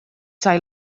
sai